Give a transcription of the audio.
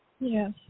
Yes